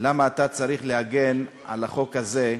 למה אתה צריך להגן על החוק הזה,